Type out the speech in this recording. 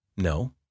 No